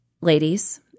ladies